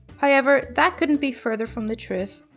however, that couldn't be further from the truth.